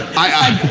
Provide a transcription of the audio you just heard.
i,